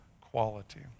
quality